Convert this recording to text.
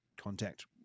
contact